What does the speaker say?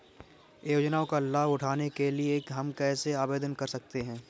योजनाओं का लाभ उठाने के लिए हम कैसे आवेदन कर सकते हैं?